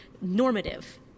normative